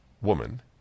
woman